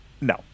No